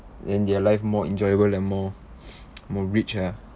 then their life more enjoyable and more more rich ah